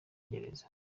gereza